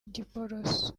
giporoso